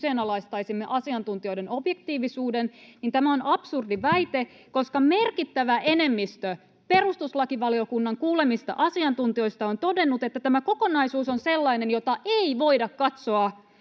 että me kyseenalaistaisimme asiantuntijoiden objektiivisuuden, niin tämä on absurdi väite, koska merkittävä enemmistö perustuslakivaliokunnan kuulemista asiantuntijoista on todennut, että tämä kokonaisuus on sellainen, jota ei voida katsoa